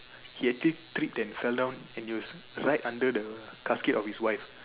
he actually tripped and fell down and it was right under the casket of his wife